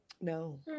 No